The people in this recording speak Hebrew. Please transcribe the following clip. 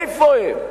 איפה הם?